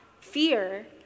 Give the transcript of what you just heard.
fear